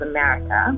America